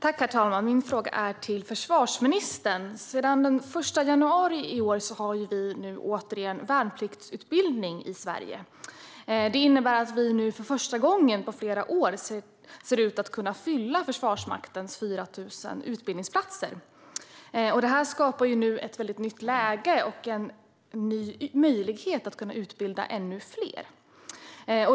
Herr talman! Min fråga går till försvarsministern. Sedan den 1 januari i år har vi återigen värnpliktsutbildning i Sverige. Det innebär att vi nu för första gången på flera år ser ut att kunna fylla Försvarsmaktens 4 000 utbildningsplatser. Detta skapar ett nytt läge och en ny möjlighet att utbilda ännu fler.